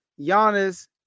Giannis